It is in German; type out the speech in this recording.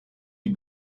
die